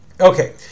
Okay